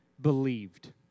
believed